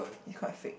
it's quite fake